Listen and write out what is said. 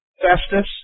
Festus